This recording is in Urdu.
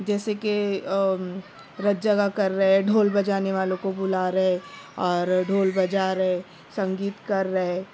جیسے کہ رت جگا کر رہے ڈھول بجانے والوں کو بُلا رہے اور ڈھول بجا رہے سنگیت کر رہے